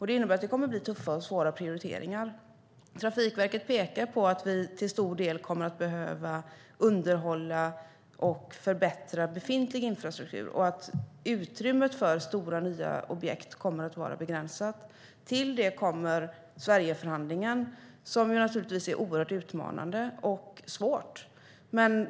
Det kommer att innebära tuffa och svåra prioriteringar. Trafikverket pekar på att det till stor del kommer att behöva göras underhåll och förbättringar i befintlig infrastruktur. Utrymmet för stora nya objekt kommer att vara begränsat. Till det kommer Sverigeförhandlingen, som naturligtvis är oerhört utmanande och svår.